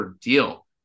deal